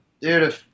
dude